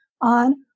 on